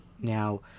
now